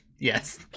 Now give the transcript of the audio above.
Yes